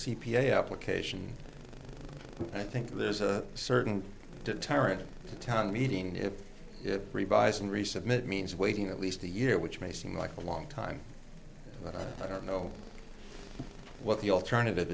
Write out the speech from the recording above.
a application i think there's a certain deterrent to town meeting if revising resubmit means waiting at least a year which may seem like a long time i don't know what the alternative